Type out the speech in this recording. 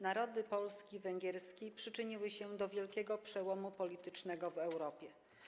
Narody polski i węgierski przyczyniły się do wielkiego przełomu politycznego w Europie.